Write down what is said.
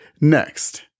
Next